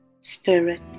Spirit